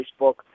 Facebook